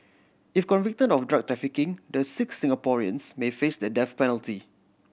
if convicted of drug trafficking the six Singaporeans may face the death penalty